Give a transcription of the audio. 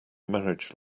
marriage